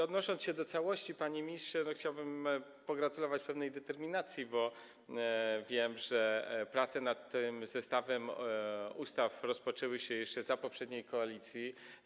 Odnosząc się do całości, panie ministrze, chciałbym pogratulować pewnej determinacji, bo wiem, że prace nad tym zestawem ustaw rozpoczęły się jeszcze za poprzedniej koalicji.